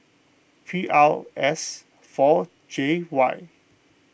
P R S four J Y